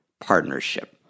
partnership